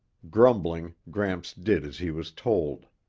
grumbling, gramps did as he was told.